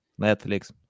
Netflix